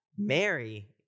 Mary